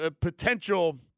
potential